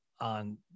on